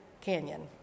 Canyon